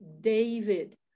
David